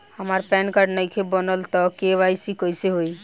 हमार PAN card नईखे बनल त के.वाइ.सी कइसे होई?